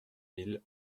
mille